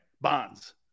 Bonds